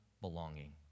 belonging